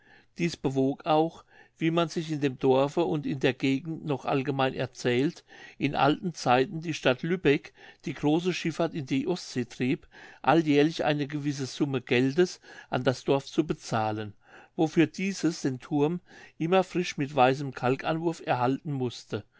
dies bewog auch wie man sich in dem dorfe und in der gegend noch allgemein erzählt in alten zeiten die stadt lübeck die große schifffahrt in der ostsee trieb alljährlich eine gewisse summe geldes an das dorf zu bezahlen wofür dieses den thurm immer frisch mit weißem kalkanwurf erhalten mußte